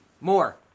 more